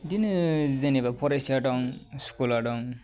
बिदिनो जेनेबा फरायसा दं स्कुला दं